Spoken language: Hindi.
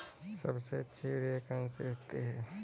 सबसे अच्छी यूरिया कौन सी होती है?